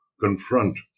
confront